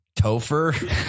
Topher